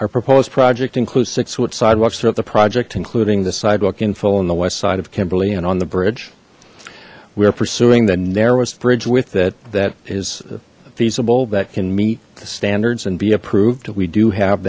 our proposed project includes six foot sidewalks throughout the project including the sidewalk info on the west side of kimberly and on the bridge we are pursuing the narrowest bridge with it that is feasible that can meet the standards and be approved we do have